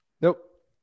Nope